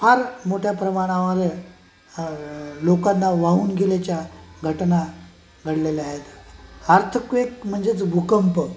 फार मोठ्या प्रमाणामध्ये लोकांना वाहून गेल्याच्या घटना घडलेल्या आहेत आर्थक्वेक् म्हणजेच भूकंप